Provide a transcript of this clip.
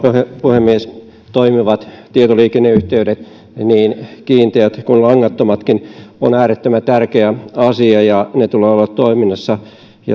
puhemies toimivat tietoliikenneyhteydet niin kiinteät kuin langattomatkin ovat äärettömän tärkeä asia ja niiden tulee olla toiminnassa ja